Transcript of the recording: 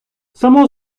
само